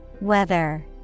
Weather